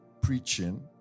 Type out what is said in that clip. preaching